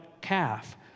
calf